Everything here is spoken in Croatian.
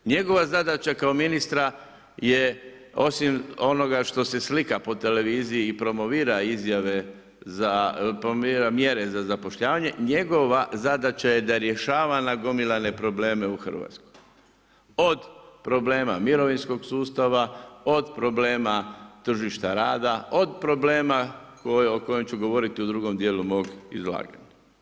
Njegova zadaća kao ministra je osim onoga što se slika po televiziji promovira izjave za, planira mjere za zapošljavanje, njegova zadaća je da rješava nagomilane probleme u Hrvatskoj od problema mirovinskog sustava, od problema tržišta rada, od problema o kojem ću govoriti u drugom dijelu mog izlaganja.